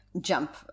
jump